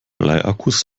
bleiakkus